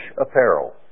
apparel